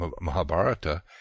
Mahabharata